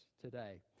today